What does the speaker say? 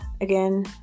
again